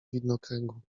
widnokręgu